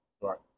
right